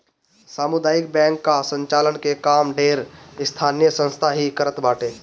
सामुदायिक बैंक कअ संचालन के काम ढेर स्थानीय संस्था ही करत बाटे